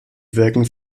wirken